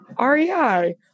REI